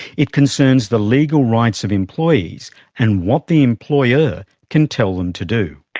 it concerns the legal rights of employees and what the employer can tell them to do.